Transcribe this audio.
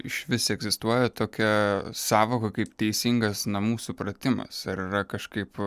išvis egzistuoja tokia sąvoka kaip teisingas namų supratimas ar yra kažkaip